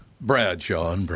Bradshaw